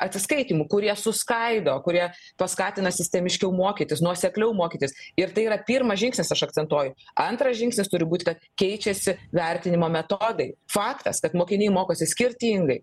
atsiskaitymų kurie suskaido kurie paskatina sistemiškiau mokytis nuosekliau mokytis ir tai yra pirmas žingsnis aš akcentuoju antras žingsnis turi būt kad keičiasi vertinimo metodai faktas kad mokiniai mokosi skirtingai